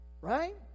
right